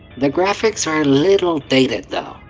the graphics are a little dated though.